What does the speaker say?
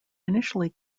initially